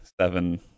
seven